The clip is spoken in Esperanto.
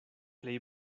plej